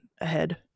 ahead